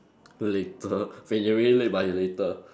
later when you're really late but later